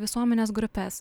visuomenės grupes